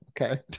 Okay